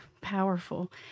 powerful